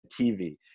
TV